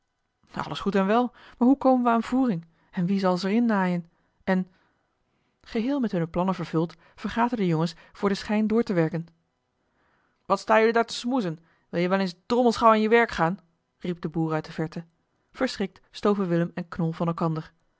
goed en wel maar hoe komen we aan voering en wie zal ze er innaaien en geheel met hunne plannen vervuld vergaten de jongens voor den schijn door te werken wat sta jullie daar te smoezen wil je wel eens drommels gauw aan je werk gaan riep de boer uit de verte verschrikt stoven willem en knol van elkander